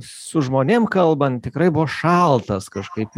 su žmonėm kalbant tikrai buvo šaltas kažkaip